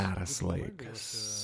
geras laikas